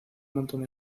montón